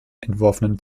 entworfenen